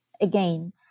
again